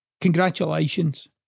congratulations